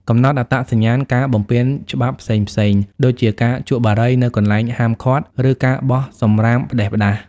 កំណត់អត្តសញ្ញាណការបំពានច្បាប់ផ្សេងៗ ដូចជាការជក់បារីនៅកន្លែងហាមឃាត់ ឬការបោះសំរាមផ្ដេសផ្ដាស។